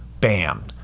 bam